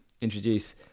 introduce